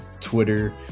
Twitter